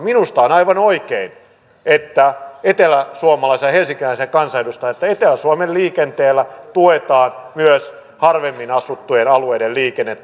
minusta on aivan oikein eteläsuomalaisena helsinkiläisenä kansanedustajana että etelä suomen liikenteellä tuetaan myös harvemmin asuttujen alueiden liikennettä